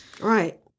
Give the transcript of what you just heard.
Right